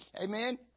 Amen